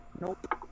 Nope